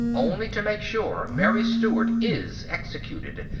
only to make sure mary stuart is executed,